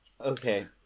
Okay